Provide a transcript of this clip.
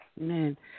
Man